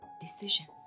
decisions